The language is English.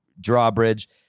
drawbridge